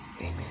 Amen